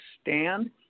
stand